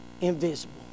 invisible